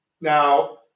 Now